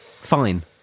fine